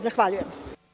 Zahvaljujem.